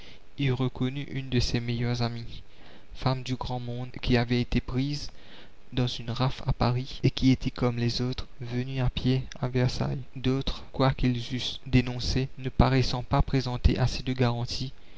y reconnut une de ses meilleures amies femme du grand monde qui avait été prise dans une rafle à paris et qui était comme les autres venue à pied à versailles la commune d'autres quoiqu'ils eussent dénoncé ne paraissant pas présenter assez de garanties